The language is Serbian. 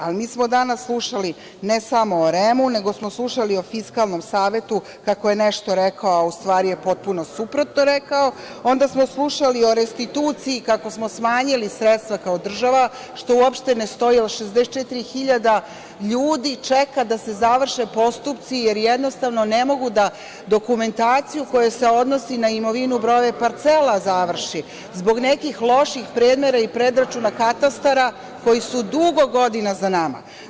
A, mi smo danas slušali, ne samo o REM-u, nego smo slušali o Fiskalnom savetu kako je nešto rekao, a u stvari je potpuno suprotno rekao, onda smo slušali o restituciji kako smo smanjili sredstva kao država, što uopšte ne stoji, jer 64.000 ljudi čeka da se završe postupci, jer jednostavno ne mogu da dokumentaciju koja se odnosi na imovinu, brojeve parcela završi zbog nekih loših premera i predračuna katastara koji su dugo godina za nama.